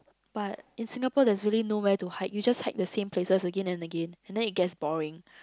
but in Singapore there is really nowhere to hike you just hike the same places again and again and then it gets boring